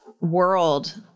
world